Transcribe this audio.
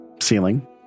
ceiling